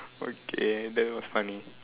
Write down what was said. okay that was funny